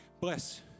Bless